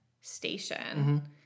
station